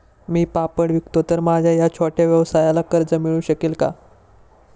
मी पापड विकतो तर माझ्या या छोट्या व्यवसायाला कर्ज मिळू शकेल का?